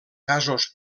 casos